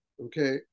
Okay